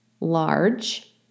large